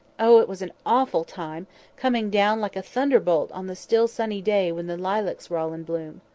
oh! it was an awful time coming down like a thunder-bolt on the still sunny day when the lilacs were all in bloom.